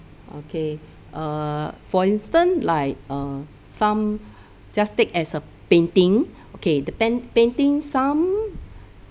okay err for instance like uh some just take as a painting okay the pen painting some